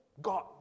God